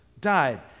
died